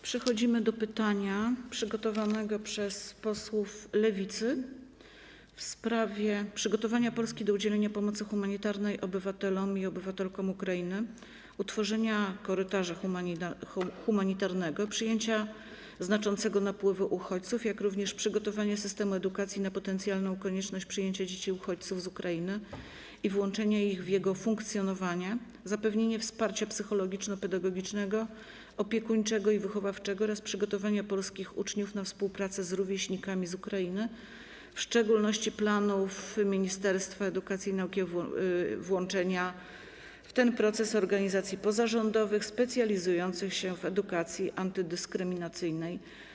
Przechodzimy do pytania przygotowanego przez posłów Lewicy w sprawie przygotowania Polski do udzielenia pomocy humanitarnej obywatelom i obywatelkom Ukrainy, utworzenia korytarza humanitarnego, przyjęcia znaczącego napływu uchodźców, jak również przygotowania systemu edukacji na potencjalną konieczność przyjęcia dzieci uchodźców z Ukrainy i włączenia ich w jego funkcjonowanie, zapewnienia wsparcia psychologiczno-pedagogicznego, opiekuńczego i wychowawczego oraz przygotowania polskich uczniów na współpracę z rówieśnikami z Ukrainy, w szczególności planów Ministerstwa Edukacji i Nauki włączenia w ten proces organizacji pozarządowych specjalizujących się w edukacji antydyskryminacyjnej.